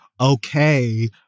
okay